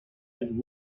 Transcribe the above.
and